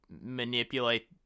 manipulate